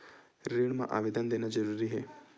ऋण मा आवेदन देना जरूरी हे?